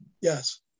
Yes